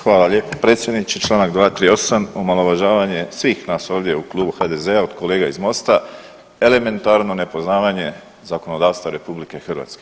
Hvala lijepo predsjedniče, Članak 238. omalovažavanje svih nas ovdje u Klubu HDZ-a od kolega iz MOST-a, elementarno nepoznavanje zakonodavstva RH.